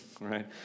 right